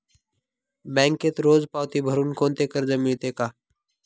बँकेत रोज पावती भरुन कोणते कर्ज मिळते का?